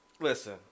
Listen